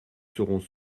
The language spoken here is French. serons